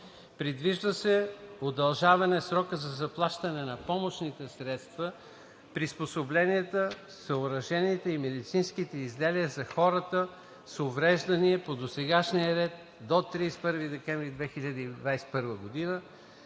Предвижда се и удължаване на срока за заплащането на помощните средства, приспособленията, съоръженията и медицинските изделия за хората с увреждания по досегашния ред до 31 декември 2021 г.,